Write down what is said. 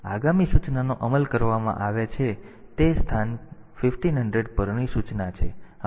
તેથી આગામી સૂચનાનો અમલ કરવામાં આવે છે તે સ્થાન 1500 પરની સૂચના છે હવે આ સારું છે